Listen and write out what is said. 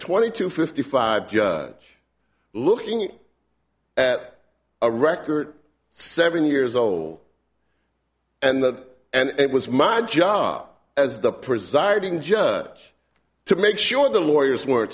twenty to fifty five judge looking at a record seven years old and that and it was my job as the presiding judge to make sure the lawyers wor